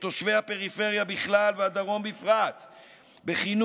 את תושבי הפריפריה בכלל והדרום בפרט בחינוך,